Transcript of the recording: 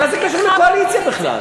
מה זה קשור לקואליציה בכלל?